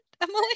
emily